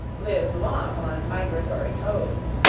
lived long on migratory toads,